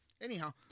anyhow